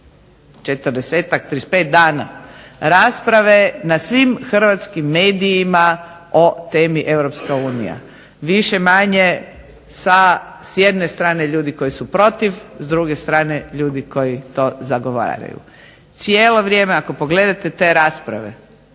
35 dana rasprave na svim hrvatskim medijima o temi EU. Više-manje s jedne strane ljudi koji su protiv, s druge strane ljudi koji to zagovaraju. Cijelo vrijeme, ako pogledate, te rasprave